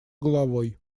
головой